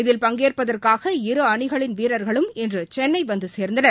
இதில் பங்கேற்பதற்காக இரு அணிகளின் வீரர்களும் இன்றுசென்னைவந்துசேர்ந்தனர்